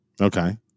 Okay